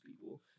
people